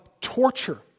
torture